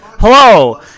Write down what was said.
Hello